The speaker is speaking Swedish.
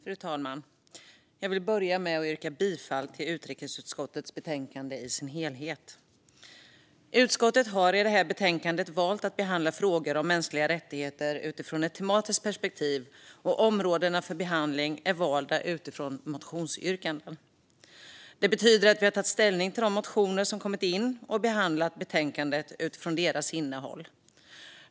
Fru talman! Jag vill börja med att yrka bifall till förslaget i utrikesutskottets betänkande i dess helhet. Utskottet har i det här betänkandet valt att behandla frågor om mänskliga rättigheter utifrån ett tematiskt perspektiv, och områdena för behandling är valda utifrån motionsyrkanden. Det betyder att vi har tagit ställning till de motioner som har kommit in och behandlat betänkandet utifrån deras innehåll.